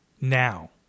now